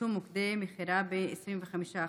בצמצום מוקדי מכירה ב-25%,